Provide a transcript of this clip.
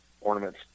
ornaments